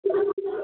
ह